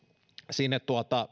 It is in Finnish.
sinne